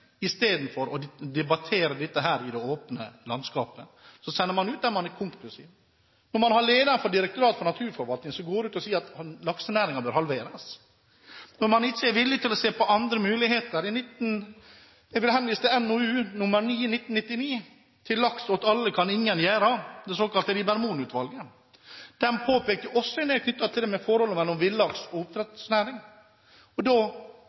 Istedenfor å debattere dette i det åpne landskapet sender man ut en pressemelding der man er konklusiv. Man har en leder for Direktoratet for naturforvaltning som går ut og sier at laksenæringen bør halveres. Man er ikke er villig til å se på andre muligheter. Jeg vil henvise til NOU 1999:9 Til laks åt alle kan ingen gjera? – det såkalte Rieber-Mohn-utvalget. Det påpekte også en del knyttet til forholdet mellom villaks og